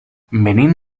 venim